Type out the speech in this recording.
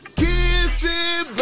kissing